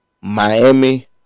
Miami